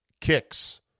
kicks